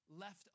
left